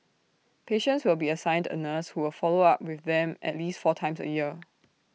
patients will be assigned A nurse who will follow up with them at least four times A year